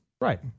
Right